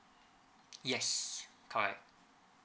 yes correct